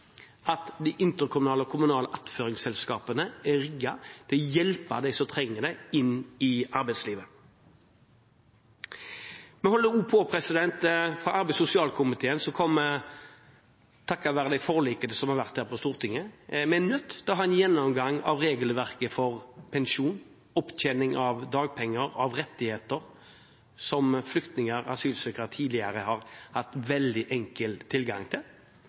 at de interkommunale og kommunale attføringsselskapene er rigget til å hjelpe dem som trenger det, inn i arbeidslivet. Arbeids- og sosialkomiteen – takket være forliket på Stortinget – er nødt til å ha en gjennomgang av regelverket for pensjon, opptjening av dagpenger og rettigheter som flyktninger og asylsøkere tidligere veldig enkelt har hatt tilgang til.